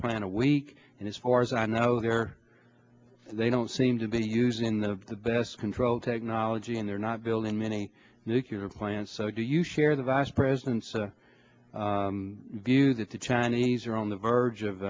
plant a week and as far as i know they're they don't seem to be using the best control technology and they're not building many nuclear plants so do you share the vice president's view that the chinese are on the verge